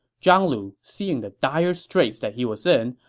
zhang lu, seeing the dire straits that he was in,